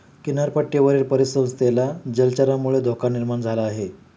किनारपट्टीवरील परिसंस्थेला जलचरांमुळे धोका निर्माण झाला आहे